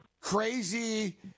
crazy